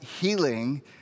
healing